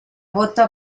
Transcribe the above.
gota